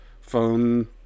phone